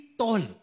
tall